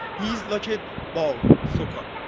he's like a ball, soccer.